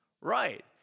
Right